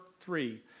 three